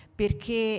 perché